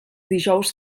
dijous